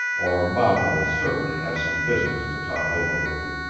or mama will certainly have some business to talk over with you.